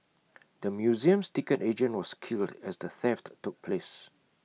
the museum's ticket agent was killed as the theft took place